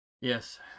Yes